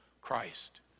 Christ